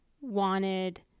wanted